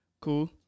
cool